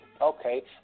okay